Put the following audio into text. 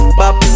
bop